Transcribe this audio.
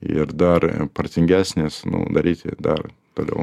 ir dar protingesnis nu daryti dar toliau